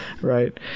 Right